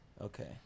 okay